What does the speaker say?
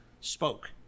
spoke